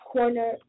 Corner